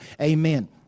Amen